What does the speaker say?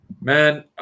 Man